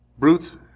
Brutes